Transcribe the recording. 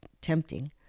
tempting